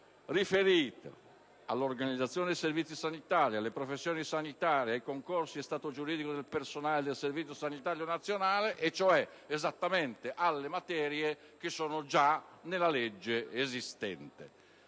riferito all'organizzazione dei servizi sanitari, alle professioni sanitarie, ai concorsi e allo stato giuridico del personale del Servizio sanitario nazionale, cioè esattamente alle materie già comprese nella legge esistente.